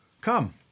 Come